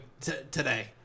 today